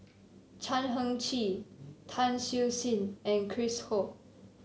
Chan Heng Chee Tan Siew Sin and Chris Ho